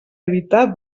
evitar